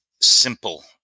simple